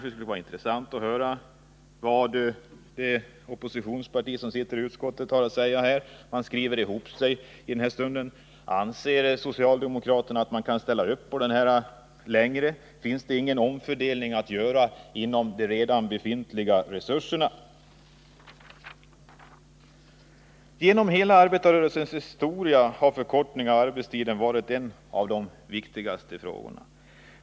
Det skulle vara intressant att höra vad det oppositionsparti som är representerat i utskottet har att säga här. Man skriver i den här stunden ihop sig med de borgerliga partierna. Anser socialdemokraterna att man kan ställa upp på den här filosofin? Finns det ingen omfördelning att göra inom de redan befintliga resurserna? ”Genom ärbetarrörelsens historia har en förkortning av arbetstiden varit en av de viktigaste frågorna.